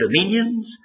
dominions